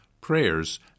prayers